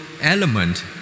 element